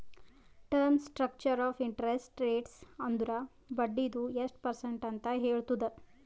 term structure of interest rates ಅಂದುರ್ ಬಡ್ಡಿದು ಎಸ್ಟ್ ಪರ್ಸೆಂಟ್ ಅಂತ್ ಹೇಳ್ತುದ್